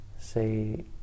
say